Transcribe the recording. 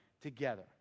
together